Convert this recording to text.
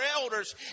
elders